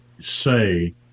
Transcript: say